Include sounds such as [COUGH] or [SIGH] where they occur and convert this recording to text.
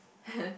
[LAUGHS]